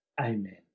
amen